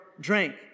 drank